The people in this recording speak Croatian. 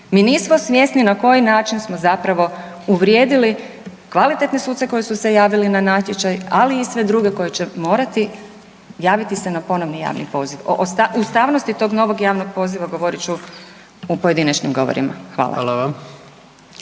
Mi nismo svjesni na koji način smo zapravo uvrijedili kvalitetne suce koji su se javili na natječaj ali i sve druge koji će morati javiti se na ponovni javni poziv. O ustavnosti tog novog javnog poziva govorit ću u pojedinačnim govorima. Hvala.